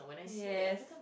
yes